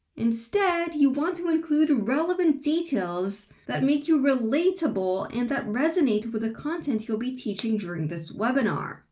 instead, you want to include relevant details that make you relatable and that resonate with the content you'll be teaching during this webinar.